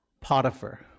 Potiphar